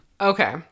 okay